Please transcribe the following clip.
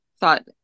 thought